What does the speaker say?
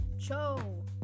Cho